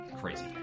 crazy